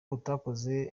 utakoze